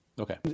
Okay